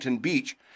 Beach